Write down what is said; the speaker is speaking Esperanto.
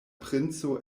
princo